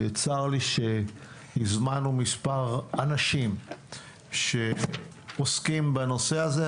צר לי שהזמנו מספר אנשים שעוסקים בנושא הזה,